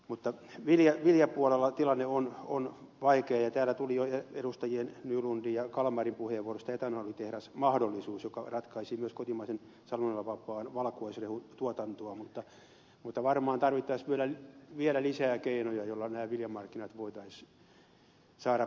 mutta viljapuolella tilanne on vaikea ja täällä tuli jo edustajien nylund ja kalmari puheenvuoroissa esiin etanolitehdasmahdollisuus joka ratkaisisi myös kotimaisen salmonellavapaan valkuaisrehun tuotantoa mutta varmaan tarvittaisiin vielä lisää keinoja joilla nämä viljamarkkinat voitaisiin saada korjattua